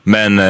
Men